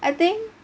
I think